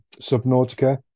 Subnautica